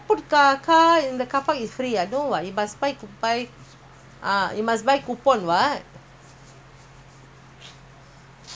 because of the covid ah சீக்கெல்லாம்வந்து:seekellam vandhu first car eighty dollars second my car eighty dollars